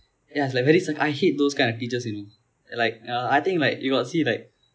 ya it's like very sac~ I hate those kind of teachers you know like uh I think like you got see right